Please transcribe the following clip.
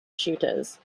shooters